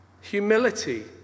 Humility